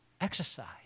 exercise